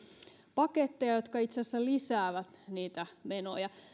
paketteja jotka itse asiassa lisäävät niitä menoja